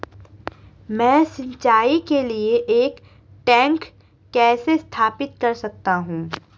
मैं सिंचाई के लिए एक टैंक कैसे स्थापित कर सकता हूँ?